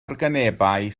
organebau